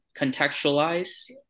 contextualize